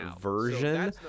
version